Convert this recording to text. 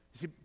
see